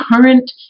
current